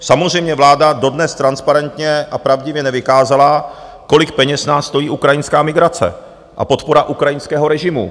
Samozřejmě vláda dodnes transparentně a pravdivě nevykázala, kolik peněz nás stojí ukrajinská migrace a podpora ukrajinského režimu.